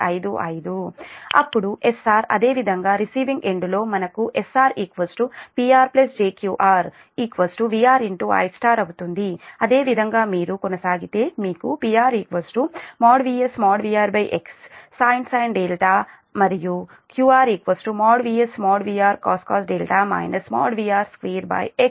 అప్పుడు SR అదేవిధంగా receiving end లో మనకు SR PR j Qr VR I అవుతుంది అదేవిధంగా మీరు కొనసాగితే మీకు PR VS|VR|x sin and QR VSVRcos δ VR2 xలభిస్తుంది